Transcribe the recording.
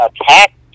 attacked